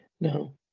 No